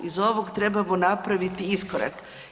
Iz ovog trebamo napraviti iskorak.